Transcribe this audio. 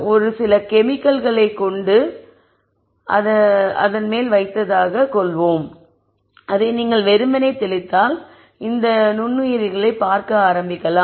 யாரோ சில கெமிக்கலை கொண்டு வந்ததாகக் வைத்து கொள்வோம் அதை நீங்கள் வெறுமனே தெளித்தால் இந்த நுண்ணுயிரிகளைப் பார்க்க ஆரம்பிக்கலாம்